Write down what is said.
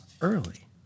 early